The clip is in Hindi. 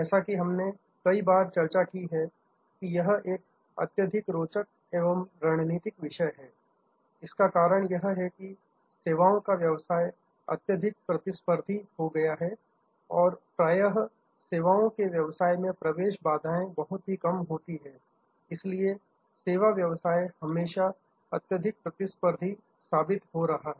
जैसा कि हमने कई बार चर्चा की है कि यह एक अत्यधिक रोचक एवं रणनीतिक विषय है इसका कारण यह है कि सेवाओं का व्यवसाय अत्यधिक प्रतिस्पर्धी हो गया है प्राय सेवाओं के व्यवसाय में प्रवेश बाधाएं बहुत ही कम होती है इसलिए सेवा व्यवसाय हमेशा अत्यधिक प्रतिस्पर्धी साबित हो रहा है